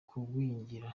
kugwingira